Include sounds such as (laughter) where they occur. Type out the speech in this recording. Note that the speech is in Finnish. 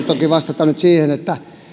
(unintelligible) toki vastata siihen että